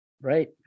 right